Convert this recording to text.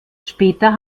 später